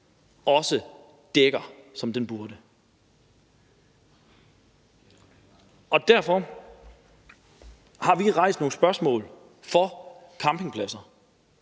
også dækker, som den burde. Derfor har vi rejst nogle spørgsmål vedrørende campingpladser,